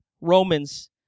Romans